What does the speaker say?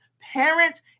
parents